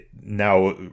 now